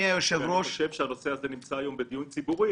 אני חושב שהנושא נמצא היום בדיון ציבורי.